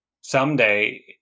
someday